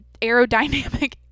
aerodynamic